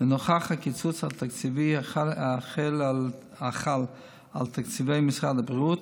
נוכח הקיצוץ התקציבי החל על תקציבי משרד הבריאות,